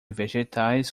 vegetais